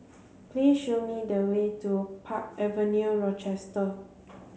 please show me the way to Park Avenue Rochester